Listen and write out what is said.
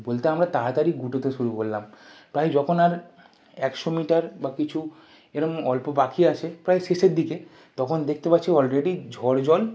বলতে আমরা তাড়াতাড়ি গুটোতে শুরু করলাম প্রায় যখন আর একশো মিটার বা কিছু এরম অল্প বাকি আছে প্রায় শেষের দিকে তখন দেখতে পাচ্ছি অলরেডি ঝড় জল